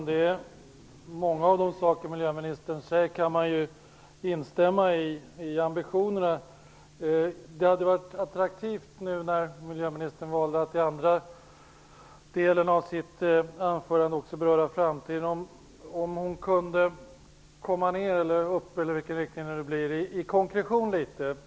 Herr talman! Många av de saker miljöministern säger när det gäller ambitionerna kan man instämma i. Det hade varit attraktivt om miljöministern, när hon i den andra delen av sitt anförande valde att beröra framtiden, också hade ökat konkretionen.